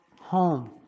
home